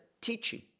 teaching